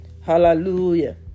hallelujah